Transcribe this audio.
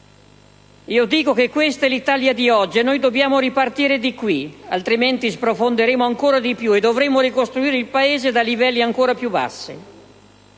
Io dico che questa è l'Italia di oggi e noi dobbiamo ripartire da qui, altrimenti sprofonderemo ancora di più e dovremo ricostruire il Paese da livelli ancora più bassi.